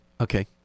okay